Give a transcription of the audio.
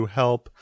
help